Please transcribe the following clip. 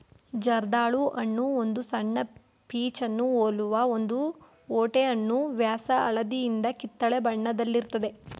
ಜರ್ದಾಳು ಹಣ್ಣು ಒಂದು ಸಣ್ಣ ಪೀಚನ್ನು ಹೋಲುವ ಒಂದು ಓಟೆಹಣ್ಣು ವ್ಯಾಸ ಹಳದಿಯಿಂದ ಕಿತ್ತಳೆ ಬಣ್ಣದಲ್ಲಿರ್ತದೆ